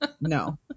No